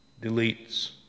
deletes